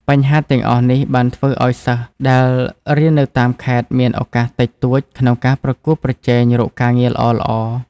បញ្ហាទាំងអស់នេះបានធ្វើឱ្យសិស្សដែលរៀននៅតាមខេត្តមានឱកាសតិចតួចក្នុងការប្រកួតប្រជែងរកការងារល្អៗ។